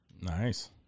Nice